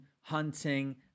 hunting